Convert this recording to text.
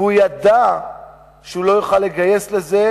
והוא ידע שהוא לא יכול לגייס לזה